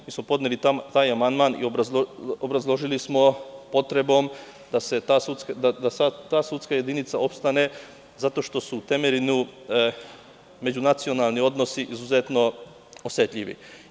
Mi smo podneli taj amandman i obrazložili smo potrebu da ta sudska jedinica opstane zato što su u Temerinu međunacionalni odnosi izuzetno osetljivi.